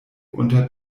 unter